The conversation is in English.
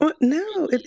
No